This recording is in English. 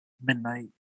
midnight